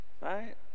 right